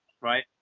right